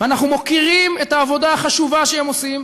ואנחנו מוקירים את העבודה החשובה שהם עושים,